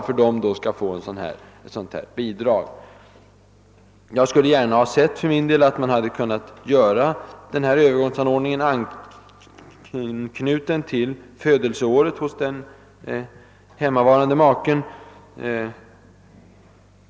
För min del skulle jag gärna ha sett att denna Öövergångsanordning hade kunnat anknytas till födelseåret hos den hemmavarande maken.